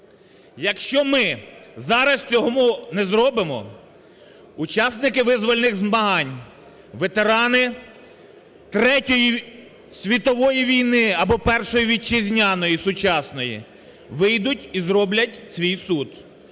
Якщо ми зараз цього не зробимо, учасники визвольних змагань, ветерани Третьої світової війни або Першої вітчизняної, сучасної, вийдуть і зроблять свій суд.